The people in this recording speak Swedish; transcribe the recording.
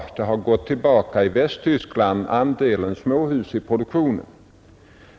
Andelen småhus i produktionen har gått tillbaka i Västtyskland.